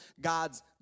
God's